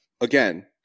again